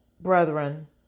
brethren